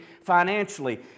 financially